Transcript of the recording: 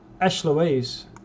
Ash-Louise